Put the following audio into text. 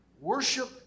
worship